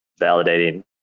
validating